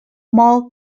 more